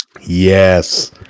Yes